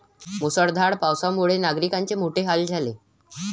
मुसळधार पावसामुळे नागरिकांचे मोठे हाल झाले